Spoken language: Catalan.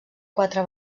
quatre